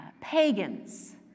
pagans